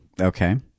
Okay